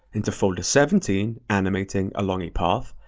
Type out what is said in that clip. into folder seventeen, animating along a path,